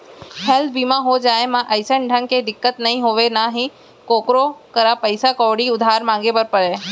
health बीमा हो जाए म अइसन ढंग के दिक्कत नइ होय ना ही कोकरो करा पइसा कउड़ी उधार मांगे बर परय